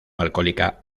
alcohólica